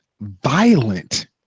violent